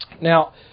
Now